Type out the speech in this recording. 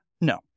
No